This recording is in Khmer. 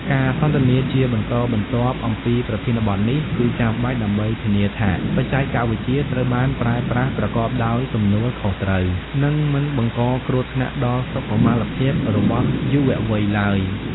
ការសន្ទនាជាបន្តបន្ទាប់អំពីប្រធានបទនេះគឺចាំបាច់ដើម្បីធានាថាបច្ចេកវិទ្យាត្រូវបានប្រើប្រាស់ប្រកបដោយទំនួលខុសត្រូវ និងមិនបង្កគ្រោះថ្នាក់ដល់សុខុមាលភាពរបស់យុវវ័យឡើយ។